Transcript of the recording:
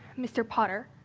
mr. potter,